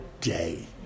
day